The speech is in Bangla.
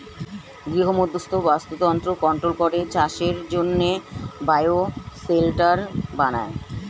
গৃহমধ্যস্থ বাস্তুতন্ত্র কন্ট্রোল করে চাষের জন্যে বায়ো শেল্টার বানায়